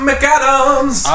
McAdams